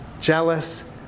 jealous